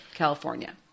California